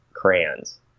crayons